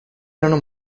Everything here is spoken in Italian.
erano